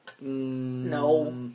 No